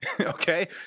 okay